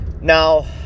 Now